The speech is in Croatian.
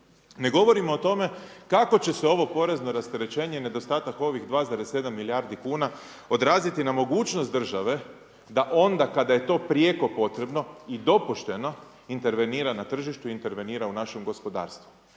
Ne govorimo o tome kako će se ovo porezno rasterećenje i nedostatak ovih 2,7 milijardi kuna odraziti na mogućnost države da onda kada je to prijeko potrebno i dopušteno intervenira na tržištu, intervenira u našem gospodarstvu,